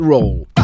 Roll